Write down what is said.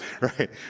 right